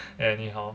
anyhow